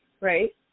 right